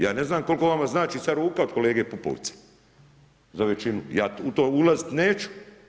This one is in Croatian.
Ja ne znam koliko vama znači sad ruka od kolege Pupovca za većinu, ja u to ulazit neću.